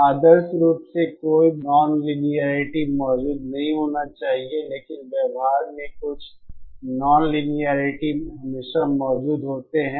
आदर्श रूप से कोई भी ननलिनियेरिटी मौजूद नहीं होना चाहिए लेकिन व्यवहार में कुछ ननलिनियेरिटी हमेशा मौजूद होते हैं